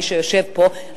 מי שיושב פה,